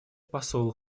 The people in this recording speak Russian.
посол